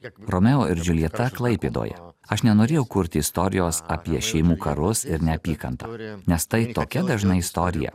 romeo ir džiuljeta klaipėdoje aš nenorėjau kurti istorijos apie šeimų karus ir neapykantą nes tai tokia dažna istorija